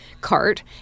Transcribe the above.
cart